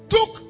Took